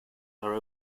are